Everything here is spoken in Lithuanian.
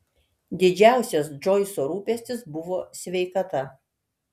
didžiausias džoiso rūpestis buvo sveikata